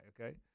Okay